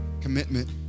commitment